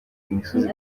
imisozi